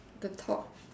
the top